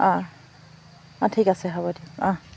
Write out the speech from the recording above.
অঁ অঁ ঠিক আছে হ'ব দিয়ক অহ্